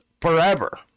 forever